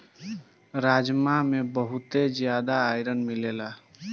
राजमा में बहुते जियादा आयरन मिलेला